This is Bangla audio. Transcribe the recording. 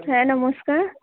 হ্যাঁ নমস্কার